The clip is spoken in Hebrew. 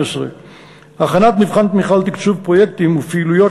הכנת מבחן תמיכה לתקצוב פרויקטים ופעילויות